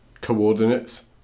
coordinates